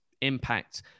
impact